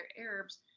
Arabs